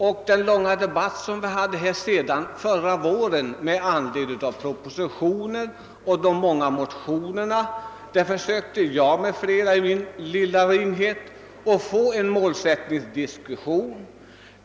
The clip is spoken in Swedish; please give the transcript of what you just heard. Vid den långa debatt som fördes här i riksdagen förra våren med anledning av propositionen och de många motionerna försökte jag i min ringhet och flera andra att få igång en målsättningsdiskussion.